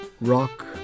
rock